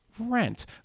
rent